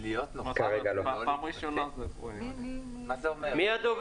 אני חושב